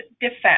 defense